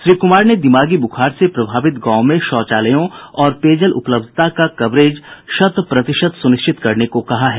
श्री कुमार ने दिमागी बुखार से प्रभावित गांवों में शौचालयों और पेयजल उपलब्धता का कवरेज शत प्रतिशत सुनिश्चित करने को कहा है